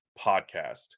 podcast